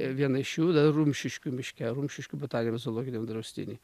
viena iš jų yra rumšiškių miške rumšiškių botaniniam zoologijos draustiny